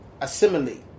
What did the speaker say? assimilate